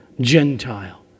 Gentile